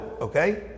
okay